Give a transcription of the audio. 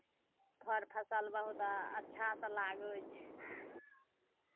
फड़ फसल बहुत अच्छासँ लागै छै